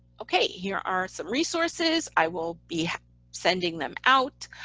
okay. here are some resources i will be sending them out.